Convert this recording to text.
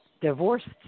divorced